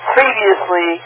Previously